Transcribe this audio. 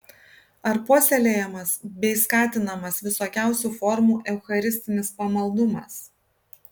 ar puoselėjamas bei skatinamas visokiausių formų eucharistinis pamaldumas